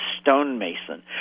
stonemason